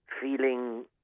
feeling